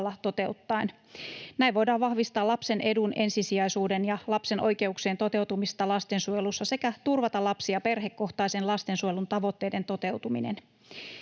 toteuttaen. Näin voidaan vahvistaa lapsen edun ensisijaisuuden ja lapsen oikeuksien toteutumista lastensuojelussa sekä turvata lapsi- ja perhekohtaisen lastensuojelun tavoitteiden toteutuminen.